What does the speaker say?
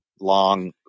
long